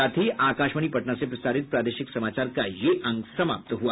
इसके साथ ही आकाशवाणी पटना से प्रसारित प्रादेशिक समाचार का ये अंक समाप्त हुआ